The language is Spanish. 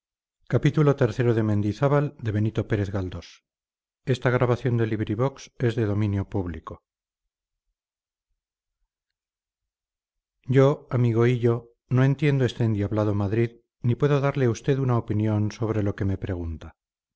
yo amigo hillo no entiendo este endiablado madrid ni puedo darle a usted una opinión sobre lo que me pregunta